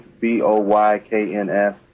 b-o-y-k-n-s